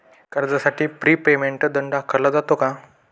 कर्जासाठी prepayment दंड आकारला जातो का?